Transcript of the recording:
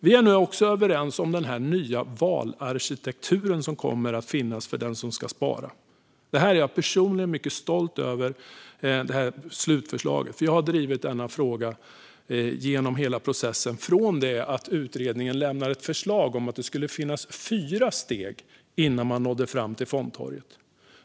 Vi är nu också överens om den nya valarkitektur som kommer att finnas för den som ska spara. Jag är personligen mycket stolt över det här slutförslaget, för jag har drivit denna fråga genom hela processen från det att utredningen lämnade ett förslag om att det skulle finnas fyra steg innan man nådde fram till fondtorget.